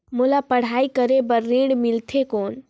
मोला पढ़ाई करे बर ऋण मिलथे कौन?